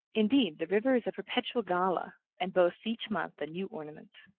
indeed the river is a perpetual gala, and boasts each month a new ornament.